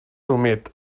humit